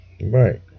right